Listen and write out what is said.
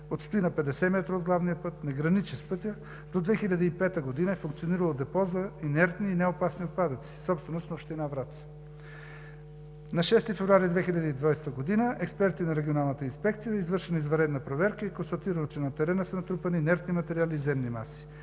отстои на 50 метра от главния път, не граничи с пътя. До 2005 г. е функционирало депо за инертни и неопасни отпадъци, собственост на Община Враца. На 6 февруари 2020 г. експерти на Регионалната инспекция извърши извънредна проверка и е констатирано, че на терена са натрупани инертни материали и земни маси.